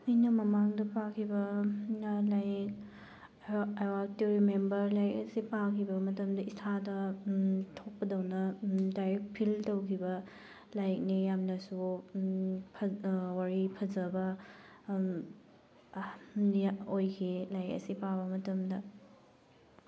ꯑꯩꯅ ꯃꯃꯥꯡ ꯄꯥꯈꯤꯕ ꯂꯥꯏꯔꯤꯛ ꯑꯥꯏ ꯋꯥꯟ ꯇꯨ ꯔꯤꯃꯦꯝꯕꯔ ꯂꯥꯏꯔꯤꯛ ꯑꯁꯤ ꯄꯥꯈꯤꯕ ꯃꯇꯝꯗ ꯏꯁꯥꯗ ꯊꯣꯛꯄꯇꯧꯅ ꯗꯥꯏꯔꯦꯛ ꯐꯤꯜ ꯇꯧꯈꯤꯕ ꯂꯥꯏꯔꯤꯛꯅꯤ ꯌꯥꯝꯅꯁꯨ ꯋꯥꯔꯤ ꯐꯖꯕ ꯑꯣꯏꯈꯤ ꯂꯥꯏꯔꯤꯛ ꯑꯁꯤ ꯄꯥꯕ ꯃꯇꯝꯗ